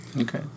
Okay